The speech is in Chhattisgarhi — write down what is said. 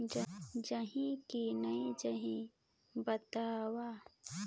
जाही की नइ जाही बताव?